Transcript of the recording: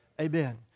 Amen